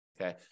Okay